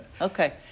Okay